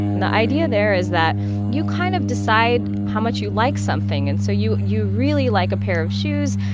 the idea there is that you kind of decide how much you like something and so you you really like a pair of shoes.